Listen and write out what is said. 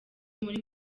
muri